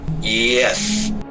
Yes